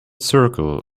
circle